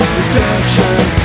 Redemption